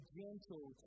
gentle